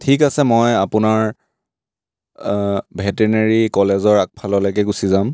ঠিক আছে মই আপোনাৰ ভেটেনেৰী কলেজৰ আগফাললৈকে গুচি যাম